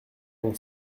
mon